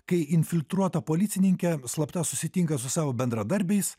kai infiltruota policininkė slapta susitinka su savo bendradarbiais